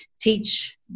teach